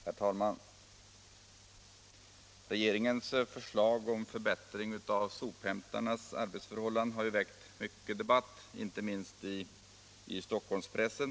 Herr talman! Regeringens förslag om förbättring av sophämtarnas arbetsförhållanden har väckt mycket debatt, inte minst i Stockholmspressen.